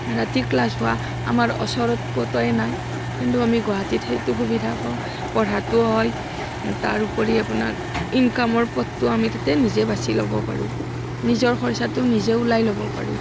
ৰাতিৰ ক্লাছ হোৱা আমাৰ ওচৰত ক'তোৱে নাই কিন্তু আমি গুৱাহাটীত সেইটো সুবিধা পাওঁ পঢ়াটো হয় তাৰো উপৰি আপোনাৰ ইনকামৰ পথটো আমি তেতিয়া নিজে বাচি ল'ব পাৰোঁ নিজৰ খৰচাটো নিজে ওলাই ল'ব পাৰোঁ